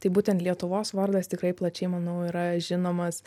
tai būtent lietuvos vardas tikrai plačiai manau yra žinomas